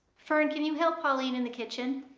fern, can you help pauline in the kitchen?